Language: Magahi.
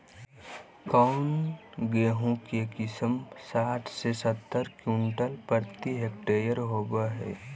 कौन गेंहू के किस्म साठ से सत्तर क्विंटल प्रति हेक्टेयर होबो हाय?